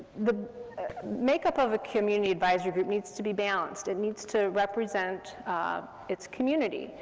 the makeup of a community advisory group needs to be balanced, it needs to represent its community,